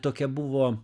tokia buvo